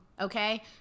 Okay